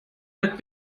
alt